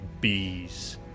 bees